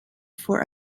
for